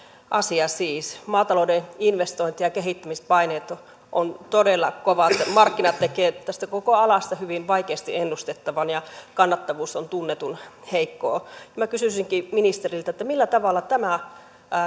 asia maatalouden investointi ja kehittämispaineet ovat todella kovat markkinat tekevät tästä koko alasta hyvin vaikeasti ennustettavan ja kannattavuus on tunnetun heikkoa minä kysyisinkin ministeriltä millä tavalla tämä